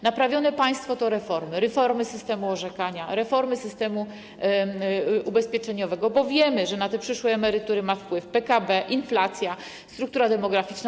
Naprawione państwo to reformy: reformy systemu orzekania, reformy systemu ubezpieczeniowego, bo wiemy, że na te przyszłe emerytury mają wpływ PKB, inflacja, struktura demograficzna.